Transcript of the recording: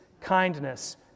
kindness